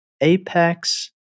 Apex